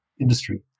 industry